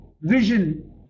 vision